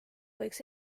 võiks